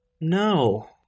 No